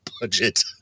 budget